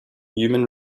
human